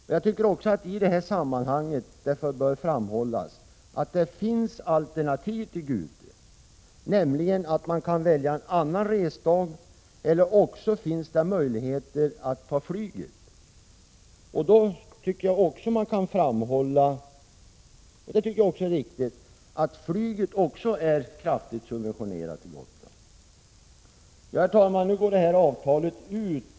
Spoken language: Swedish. Det bör också i detta sammanhang framhållas att det finns alternativ till Gute, nämligen val av en annan resdag eller möjligheten att ta flyget. Det är riktigt att också flyget till Gotland är starkt subventionerat. Herr talman!